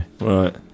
Right